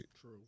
True